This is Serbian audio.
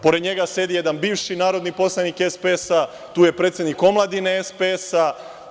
Pored njega sedi jedan bivši narodni poslanik SPS-a, tu je i predsednik omladine SPS-a.